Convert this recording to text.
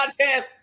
podcast